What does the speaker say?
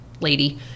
Lady